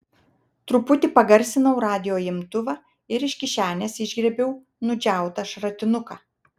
truputį pagarsinau radijo imtuvą ir iš kišenės išgriebiau nudžiautą šratinuką